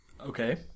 Okay